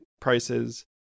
prices